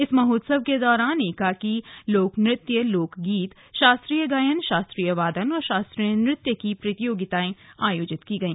इस महोत्सव के दौरान एकाकी लोक नृत्य लोकगीत शास्त्रीय गायन शास्त्रीय वादन और शास्त्रीय नृत्य प्रतियोगिता हई